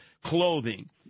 clothing